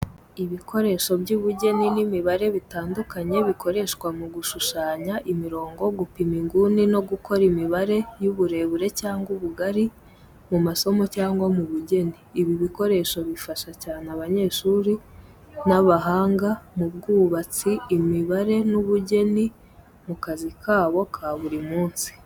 Ibikoresho by’ubugeni n’imibare bitandukanye bikoreshwa mu gushushanya imirongo, gupima inguni no gukora imibare y’uburebure cyangwa ubugari mu masomo cyangwa mu bugeni. Ibi bikoresho bifasha cyane abanyeshuri n’abahanga mu by’ubwubatsi, imibare n’ubugeni mu kazi kabo ka buri munsi.